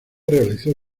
realizó